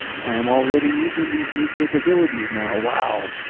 i am already using these new capabilities now, wow,